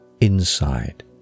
inside